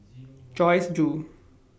Joyce Jue